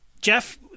Jeff